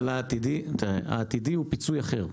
אבל העתידי הוא פיצוי אחר.